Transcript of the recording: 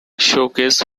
showcase